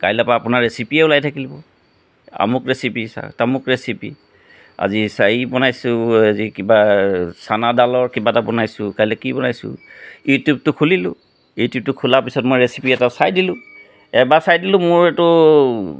কাইলৈৰ পৰা আপোনাৰ ৰেচিপিয়ে ওলাই থাকিব আমুক ৰেচিপি চা তামুক ৰেচিপি আজি চাৰি বনাইছোঁ আজি কিবা চানা দালৰ কিবা এটা বনাইছোঁ কালি কি বনাইছোঁ ইউটিউবটো খুলিলোঁ ইউটিউবটো খোলা পিছত মই ৰেচিপি এটা চাই দিলোঁ এবাৰ চাই দিলোঁ মোৰ এইটো